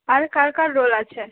আর কার কার রোল আছে